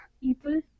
people